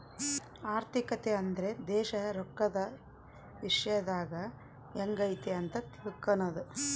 ಆರ್ಥಿಕತೆ ಅಂದ್ರೆ ದೇಶ ರೊಕ್ಕದ ವಿಶ್ಯದಾಗ ಎಂಗೈತೆ ಅಂತ ತಿಳ್ಕನದು